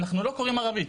אנחנו לא קוראים ערבית'.